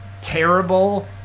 terrible